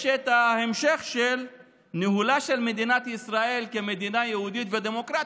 יש את המשך ניהולה של מדינת ישראל כמדינה יהודית ודמוקרטית,